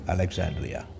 Alexandria